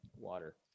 water